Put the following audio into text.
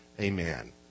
Amen